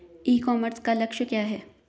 ई commerce का लक्ष्य क्या है?